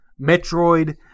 Metroid